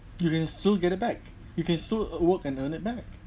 you can still get it back you can still work and earn it back